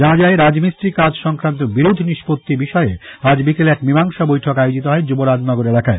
জানা যায় রাজমিস্ত্রী কাজ সংক্রান্ত বিরোধ নিষ্পত্তি বিষয়ে আজ বিকেলে এক মীমাংসা বৈঠক আয়োজিত হয় মুবরাজনগর এলাকায়